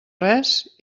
res